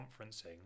conferencing